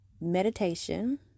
meditation